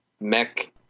mech